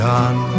on